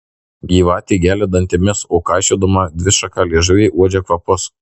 gyvatė gelia dantimis o kaišiodama dvišaką liežuvį uodžia kvapus